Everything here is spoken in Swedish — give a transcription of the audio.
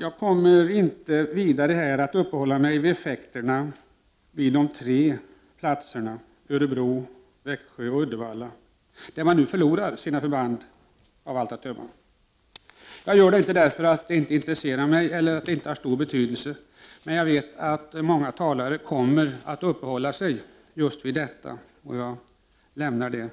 Jag kommer inte här att vidare uppehålla mig vid effekterna för de tre förbandsplatserna — Örebro, Växjö och Uddevalla — där man nu av allt att döma förlorar sina förband. Det beror inte på att det inte skulle vara intressant eller att det inte har stor betydelse. Jag vet dock att många talare kommer att uppehålla sig just vid dessa frågor. Jag lämnar detta